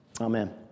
amen